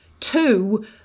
Two